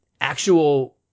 actual